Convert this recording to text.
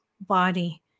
body